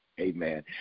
amen